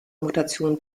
mutation